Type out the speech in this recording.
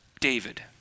David